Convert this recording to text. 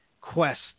quest